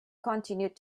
continued